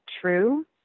true